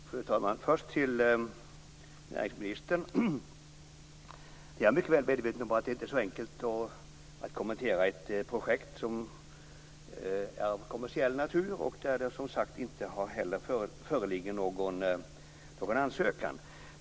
Fru talman! Jag vänder mig först till näringsministern. Jag är mycket väl medveten om att det inte är så lätt att kommentera ett projekt som är av kommersiell natur och där det inte föreligger någon ansökan.